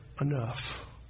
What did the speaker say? enough